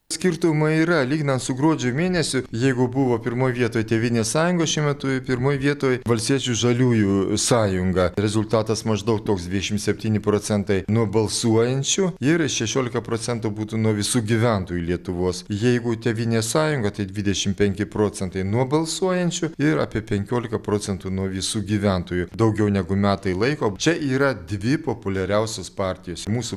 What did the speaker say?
skirtumai yra lyginant su gruodžio mėnesiu jeigu buvo pirmoj vietoj tėvynės sąjunga šiuo metu pirmoj vietoj valstiečių žaliųjų sąjunga rezultatas maždaug toks dvidešim septyni procentai nuo balsuojančių ir šešiolika procentų būtų nuo visų gyventojų lietuvos jeigu tėvynės sąjunga tie dvidešim penki procentai nuo balsuojančių ir apie penkiolika procentų nuo visų gyventojų daugiau negu metai laiko čia yra dvi populiariausios partijos mūsų